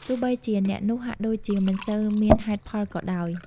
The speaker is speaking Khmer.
ទោះបីជាអ្នកនោះហាក់ដូចជាមិនសូវមានហេតុផលក៏ដោយ។